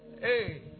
Hey